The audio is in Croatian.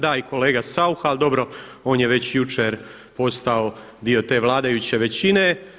Da i kolega Saucha, ali dobro, on je već jučer postao dio te vladajuće većine.